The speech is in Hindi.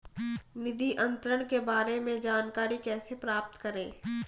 निधि अंतरण के बारे में जानकारी कैसे प्राप्त करें?